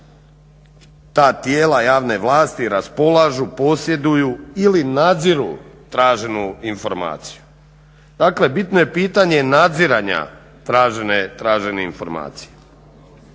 ta tijela javne vlasti raspolažu, posjeduju ili nadziru traženu informaciju. Dakle bitno je pitanje nadziranja tražene informacije.